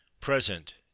present